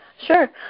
Sure